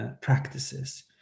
practices